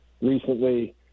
recently